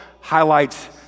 highlights